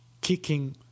Kicking